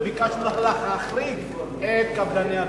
וביקשנו להחריג את קבלני הדרום.